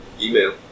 Email